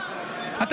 שלך,